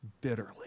bitterly